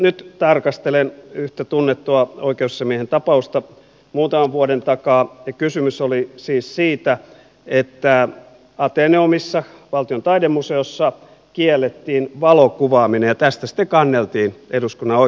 nyt tarkastelen yhtä tunnettua oikeusasiamiehen tapausta muutaman vuoden takaa ja kysymys oli siis siitä että ateneumissa valtion taidemuseossa kiellettiin valokuvaaminen ja tästä sitten kanneltiin eduskunnan oikeusasiamiehelle